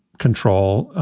control